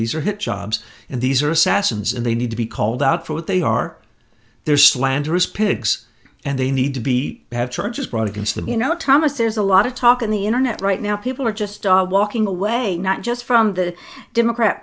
these are hit jobs and these are assassins and they need to be called out for what they are they're slanderous pigs and they need to be have charges brought against them you know thomas there's a lot of talk in the internet right now people are just walking away not just from the democrat